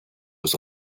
was